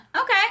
Okay